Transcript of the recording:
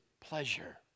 pleasure